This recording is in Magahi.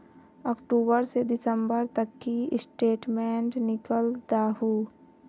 अक्टूबर से दिसंबर तक की स्टेटमेंट निकल दाहू?